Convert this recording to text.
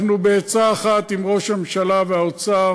אנחנו, בעצה אחת עם ראש הממשלה והאוצר,